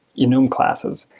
enum classes.